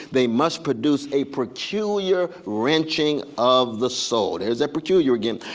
they must produce a peculiar wrenching of the soul. there's that peculiar again.